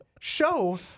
show